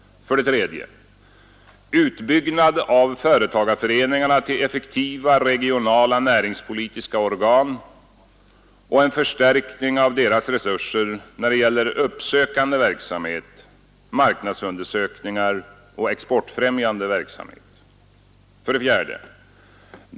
regionala näringspolitiska organ och en förstärkning av deras resurser när det gäller uppsökande verksamhet, marknadsundersökningar och exportfrämjande verksamhet. 4.